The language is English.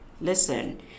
Listen